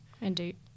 Indeed